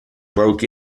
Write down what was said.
broke